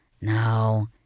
No